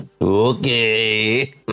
Okay